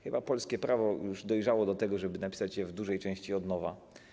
Chyba polskie prawo już dojrzało do tego, żeby napisać je w dużej części od nowa.